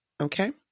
Okay